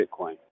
Bitcoin